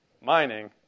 mining